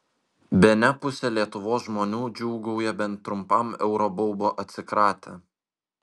bene pusė lietuvos žmonių džiūgauja bent trumpam euro baubo atsikratę